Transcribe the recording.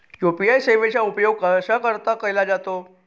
UPI सेवेचा उपयोग कशाकरीता केला जातो?